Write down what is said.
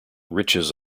riches